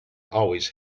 always